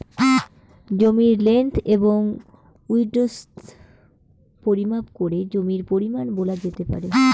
জমির লেন্থ এবং উইড্থ পরিমাপ করে জমির পরিমান বলা যেতে পারে